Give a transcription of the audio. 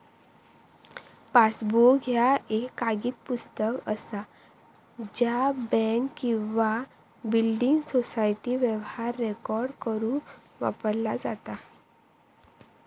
passbook ह्या एक कागदी पुस्तक असा ज्या बँक किंवा बिल्डिंग सोसायटी व्यवहार रेकॉर्ड करुक वापरला जाता